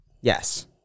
Yes